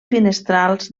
finestrals